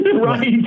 Right